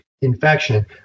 Infection